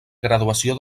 graduació